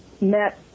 met